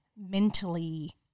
mentally